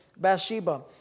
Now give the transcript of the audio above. Bathsheba